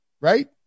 right